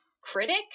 critic